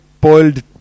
boiled